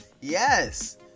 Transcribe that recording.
yes